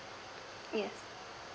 yes